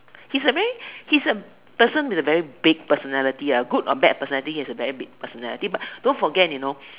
he's a very he's a person with a very big personality lah good or bad personality he has a very big personality but don't forget you know